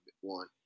one